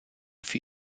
für